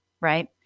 right